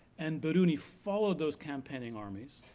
and biruni followed those campaigning armies,